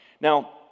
Now